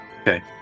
okay